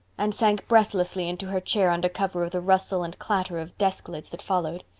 and sank breathlessly into her chair under cover of the rustle and clatter of desk lids that followed.